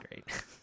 great